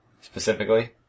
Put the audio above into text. specifically